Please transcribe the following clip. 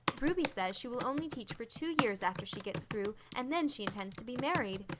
ruby says she will only teach for two years after she gets through, and then she intends to be married.